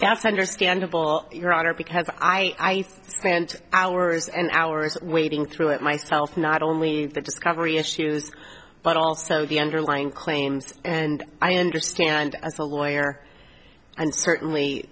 that's understandable your honor because i spent hours and hours waiting through it myself not only the discovery issues but also the underlying claims and i understand as a lawyer and certainly